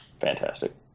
Fantastic